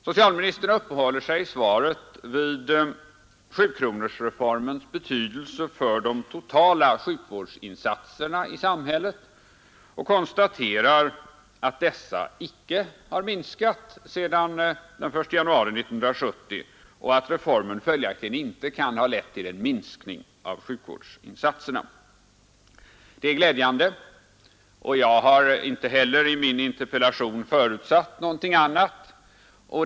Socialministern uppehåller sig i svaret vid sjukronorsreformens betydelse för de totala sjukvårdsinsatserna i samhället och konstaterar att dessa icke har minskat sedan den 1 januari 1970 och att reformen följaktligen inte kan ha lett till en minskning av sjukvårdsinsatserna. Det är glädjande. Jag har inte heller i min interpellation förutsatt något annat.